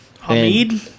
Hamid